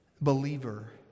believer